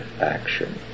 action